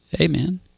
Amen